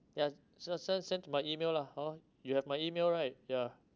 ya so se~ send my email lah hor you have my email right ya